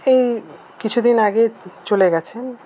এই কিছুদিন আগে চলে গেছেন